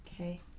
Okay